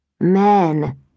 Men